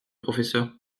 professeur